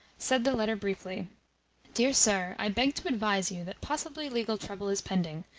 said the letter briefly dear sir, i beg to advise you that possibly legal trouble is pending,